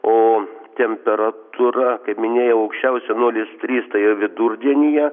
o temperatūra kaip minėjau aukščiausia nulis trys tai jau vidurdienyje